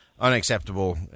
Unacceptable